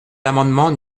l’amendement